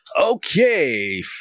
Okay